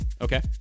okay